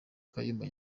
kayumba